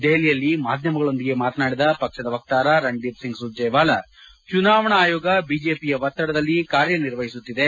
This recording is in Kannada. ದೆಹಲಿಯಲ್ಲಿ ಮಾಧ್ಯಮಗಳೊಂದಿಗೆ ಮಾತನಾಡಿದ ಪಕ್ಷದ ವಕ್ತಾರ ರಣದೀಪ್ ಸಿಂಗ್ ಸುರ್ಜೇವಾಲಾ ಚುನಾವಣಾ ಆಯೋಗ ಬಿಜೆಪಿಯ ಒತ್ತಡದಲ್ಲಿ ಕಾರ್ಯ ನಿರ್ವಹಿಸುತ್ತಿದೆ